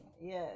Yes